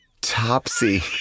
Topsy